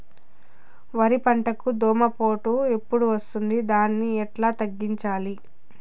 వరి పంటకు దోమపోటు ఎప్పుడు వస్తుంది దాన్ని ఎట్లా తగ్గించాలి?